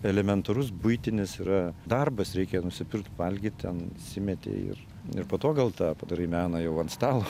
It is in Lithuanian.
elementarus buitinis yra darbas reikia nusipirkt valgyt ten įsimetei ir ir po to gal tą padarai meną jau ant stalo